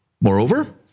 Moreover